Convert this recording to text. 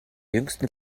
jüngsten